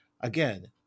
Again